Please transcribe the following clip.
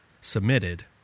submitted